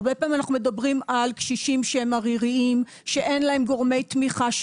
הרבה פעמים אנחנו מדברים על קשישים עריריים שאין להם גורמי תמיכה,